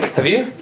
have you?